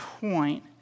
point